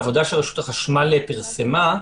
עבודה שרשות החשמל פרסמה,